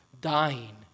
dying